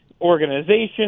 organization